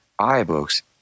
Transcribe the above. iBooks